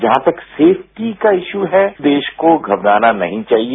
जहां तक सेफ्टी का इश्यू है देश को घबराना नहीं चाहिए